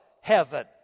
heaven